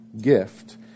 gift